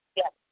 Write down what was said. yes